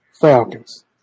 Falcons